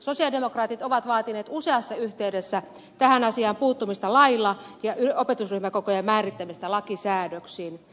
sosialidemokraatit ovat vaatineet useassa yhteydessä tähän asiaan puuttumista lailla ja opetusryhmäkokojen määrittämistä lakisäädöksin